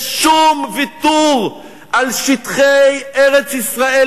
לשום ויתור על שטחי ארץ-ישראל,